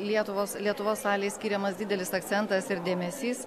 lietuvos lietuvos salei skiriamas didelis akcentas ir dėmesys